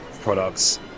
products